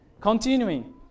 Continuing